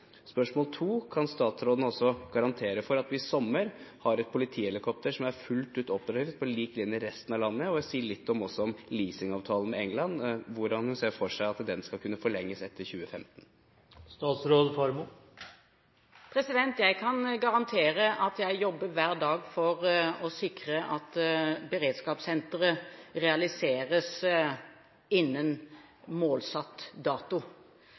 Spørsmål 2: Kan statsråden også garantere for at vi i sommer har et politihelikopter som er fullt ut operativt på lik linje med resten av landet, og si litt om leasingavtalen med England, og om hvordan hun ser for seg at den skal kunne forlenges etter 2015? Jeg kan garantere at jeg jobber hver dag for å sikre at beredskapssenteret realiseres innen målsatt dato.